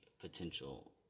potential